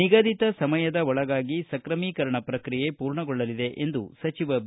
ನಿಗದಿತ ಸಮಯದ ಒಳಗಾಗಿ ಸ್ತ್ರಮೀಕರಣ ಪ್ರಕ್ರಿಯೆ ಪೂರ್ಣಗೊಳ್ಳಲಿದೆ ಎಂದು ಸಚಿವ ಬಿ